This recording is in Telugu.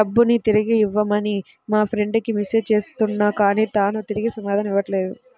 డబ్బుని తిరిగివ్వమని మా ఫ్రెండ్ కి మెసేజ్ చేస్తున్నా కానీ తాను తిరిగి సమాధానం ఇవ్వట్లేదు